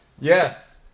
Yes